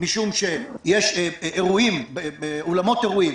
משום שאולמות האירועים